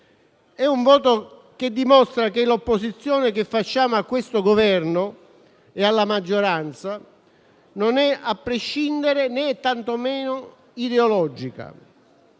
e Uguali, dimostrando come l'opposizione che facciamo a questo Governo e alla maggioranza non è a prescindere né tantomeno ideologica;